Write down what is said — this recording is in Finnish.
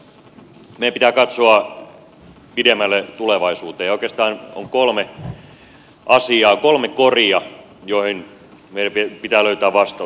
meidän pitää katsoa pidemmälle tulevaisuuteen ja oikeastaan on kolme asiaa kolme koria joihin meidän pitää löytää vastaus